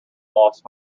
lost